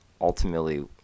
ultimately